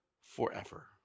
forever